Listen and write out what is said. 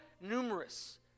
numerous